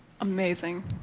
Amazing